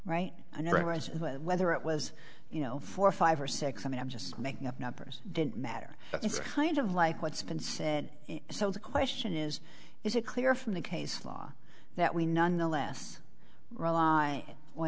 was whether it was you know four or five or six i mean i'm just making up numbers didn't matter but it's kind of like what's been said so the question is is it clear from the case law that we nonetheless rely